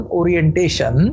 orientation